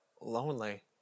lonely